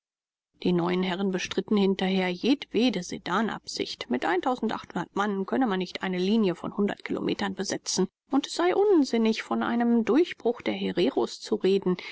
die neuen herren bestritten hinterher jedwede sedanabsicht mit mann könne man nicht eine linie von hundert kilometern besetzen und es sei unsinnig von einem durchbruch der hereros zu reden